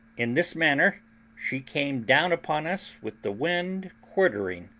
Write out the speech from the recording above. in this manner she came down upon us with the wind quartering.